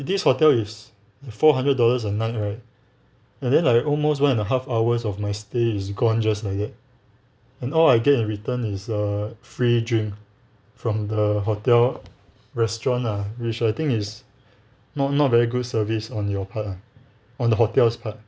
this hotel is four hundred dollars a night right and then like almost one and a half hours of my stay is gone just like that and all I get in return is a free drink from the hotel restaurant ah which I think is not not very good service on your part ah on the hotel's part